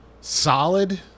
Solid